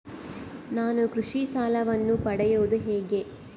ನಾನು ಕೃಷಿ ಸಾಲವನ್ನು ಪಡೆಯೋದು ಹೇಗೆ?